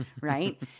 right